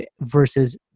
versus